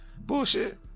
bullshit